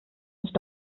nicht